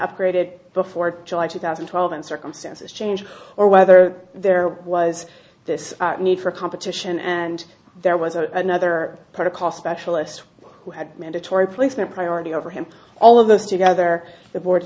upgraded before july two thousand and twelve and circumstances change or whether there was this need for competition and there was a nother protocol specialist who had made dettori police their priority over him all of this together the board